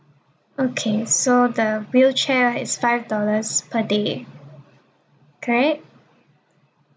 okay so the wheelchair right is five dollars per day correct